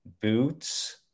boots